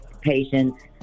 patients